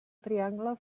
triangle